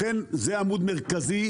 לכן, זה עמוד מרכזי.